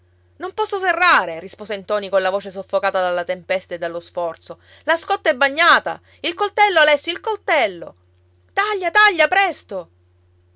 non posso serrare rispose ntoni colla voce soffocata dalla tempesta e dallo sforzo la scotta è bagnata il coltello alessi il coltello taglia taglia presto